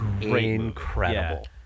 incredible